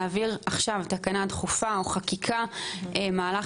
להעביר עכשיו תקנה דחופה או חקיקה מהלך